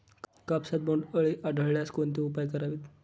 कापसात बोंडअळी आढळल्यास कोणते उपाय करावेत?